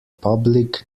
public